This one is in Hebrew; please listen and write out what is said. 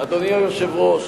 אדוני היושב-ראש,